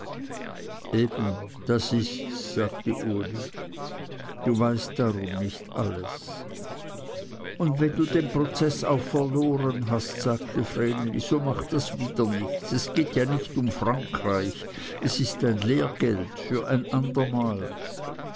eben das ists sagte uli du weißt darum nicht alles und wenn du den prozeß auch verloren hast sagte vreneli so macht das wieder nichts es geht nicht um frankreich es ist ein lehrgeld für ein andermal